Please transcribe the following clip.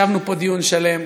ישבנו פה דיון שלם.